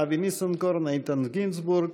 אבי ניסנקורן, איתן גינזבורג.